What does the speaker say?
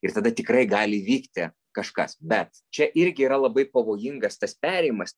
ir tada tikrai gali įvykti kažkas bet čia irgi yra labai pavojingas tas perėjimas